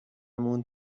موند